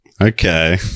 Okay